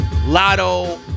Lotto